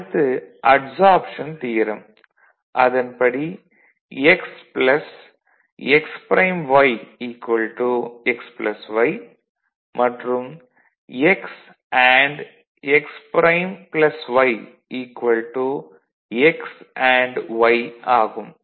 அடுத்து absorption theorem - அதன்படி x x prime y xy மற்றும் x and x prime y x and y ஆகும்